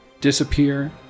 disappear